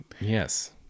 Yes